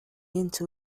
into